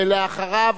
ואחריו,